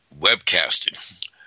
webcasting